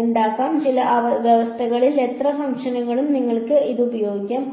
ഉണ്ടാക്കാം ചില വ്യവസ്ഥകളിൽ എത്ര ഫംഗ്ഷനുകൾക്കും നിങ്ങൾക്ക് ഇത് ഉപയോഗിക്കാം